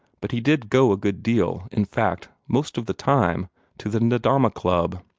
but he did go a good deal in fact, most of the time to the nedahma club.